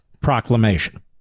proclamation